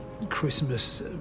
Christmas